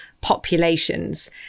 populations